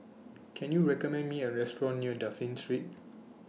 Can YOU recommend Me A Restaurant near Dafne Street